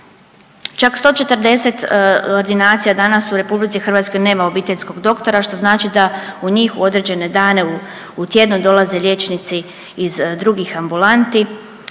Čak 140 ordinacija danas u RH nema obiteljskog doktora što znači da u njih u određene dane u tjednu dolazi liječnici iz drugih ambulanti